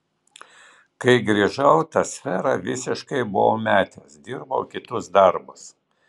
kai grįžau tą sferą visiškai buvau metęs dirbau kitus darbus